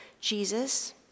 Jesus